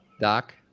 Doc